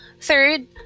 third